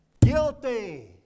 Guilty